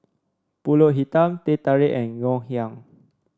pulut hitam Teh Tarik and Ngoh Hiang